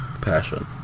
passion